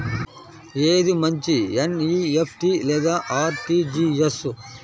ఏది మంచి ఎన్.ఈ.ఎఫ్.టీ లేదా అర్.టీ.జీ.ఎస్?